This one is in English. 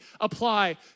apply